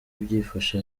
byifashe